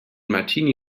martini